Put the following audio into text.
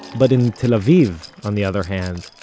but in tel aviv, on the other hand,